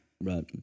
Right